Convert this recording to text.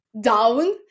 down